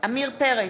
עמיר פרץ,